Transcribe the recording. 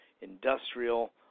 industrial